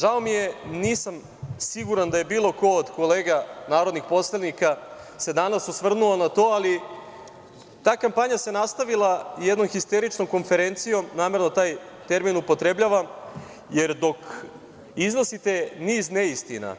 Žao mi je, nisam siguran da je bilo ko od kolega narodnih poslanika se danas osvrnuo na to, ali ta kampanja se nastavila jednom histeričnom konferencijom, namerno taj termin upotrebljavam, jer dok iznosite niz neistina,